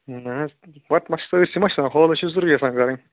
نہ حظ پتہٕ ما چھِ سٲرۍسی ما چھِ آسان ہالَس چھِ ضروٗری آسان کَرٕنۍ